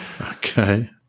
okay